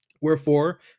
Wherefore